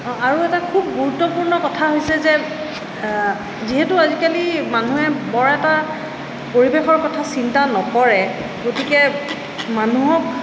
অঁ আৰু এটা খুব গুৰুত্বপূৰ্ণ কথা হৈছে যে যিহেতু আজিকালি মানুহে বৰ এটা পৰিৱেশৰ কথা চিন্তা নকৰে গতিকে মানুহক